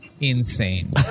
insane